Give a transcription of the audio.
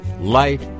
light